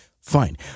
fine